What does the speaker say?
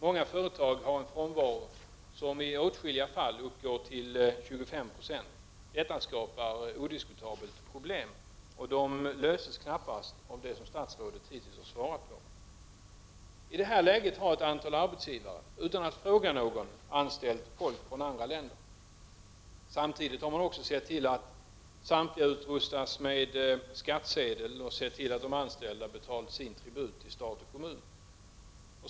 Många företag har en frånvaro som i åtskilliga fall uppgår till 25 96. Odiskutabelt skapar detta problem, och de löses knappast med sådana åtgärder som statsrådet har nämnt i sitt svar. I detta läge har ett antal arbetsgivare, utan att fråga någon, anställt människor från andra länder. Man har samtidigt också sett till att samtliga utrustats med skattsedel och sett till att de anställda betalat sin tribut till stat och kommun.